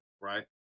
right